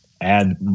add